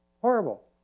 Horrible